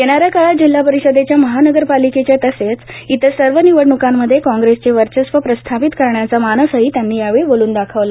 येणा या काळात जिल्हा परिषदेच्या महानगरपालिकेच्या तसंच इतर सर्व निवडण्कांमध्ये काँग्रेसचे वर्चस्व प्रस्थापित करण्याचा मानसही त्यांनी यावेळी बोलून दाखवला